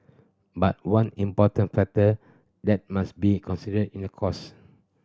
but one important factor that must be considered in a cost